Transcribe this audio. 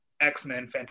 X-Men